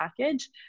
package